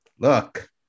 Look